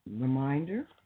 Reminder